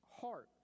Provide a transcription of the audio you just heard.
heart